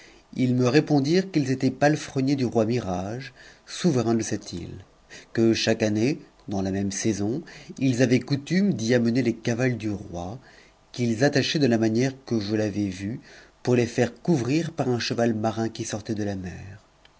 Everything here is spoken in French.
me répondirent qu'ils étaient palefreniers du roi mibrage souverain cette ile que chaque année dans la même saison ils avaient coutume d'y amener les cavales du roi qu'ils attachaient de la manière que je i'avai vu pour les faire couvrir par un cheval marin qui sortait de la mer